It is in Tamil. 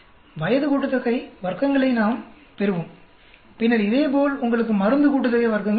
வயது கூட்டுத் தொகை வர்க்கங்களை நாம் பெறுவோம் பின்னர் இதேபோல் உங்களுக்கு மருந்து கூட்டுத்தொகை வர்க்கங்கள் கிடைத்தன